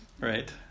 Right